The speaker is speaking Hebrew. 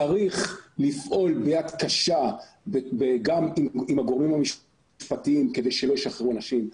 צריך לפעול ביד קשה גם עם הגורמים המשפטיים כדי שלא ישחררו אנשים.